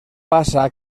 passa